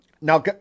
Now